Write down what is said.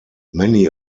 many